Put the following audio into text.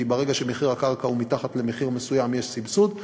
כי ברגע שמחיר הקרקע הוא מתחת למחיר מסוים יש סבסוד,